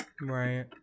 Right